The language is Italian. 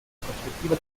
prospettiva